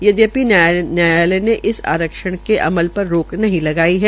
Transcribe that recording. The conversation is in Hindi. यद्यपि न्यायालय ने इस आरक्षण के अमल पर रोक नहीं लगाई है